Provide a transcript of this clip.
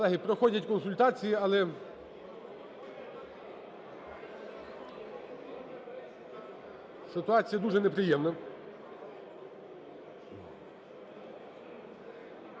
Колеги, проходять консультації, але ситуація дуже неприємна.